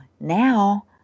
now